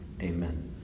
Amen